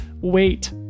wait